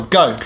go